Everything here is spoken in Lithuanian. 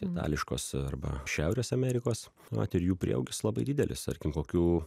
itališkos arba arba šiaurės amerikos vat ir jų prieaugis labai didelis tarkim kokių